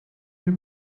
you